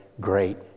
great